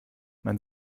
man